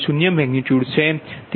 0 magnitude છે